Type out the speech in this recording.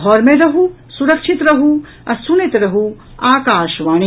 घर मे रहू सुरक्षित रहू आ सुनैत रहू आकाशवाणी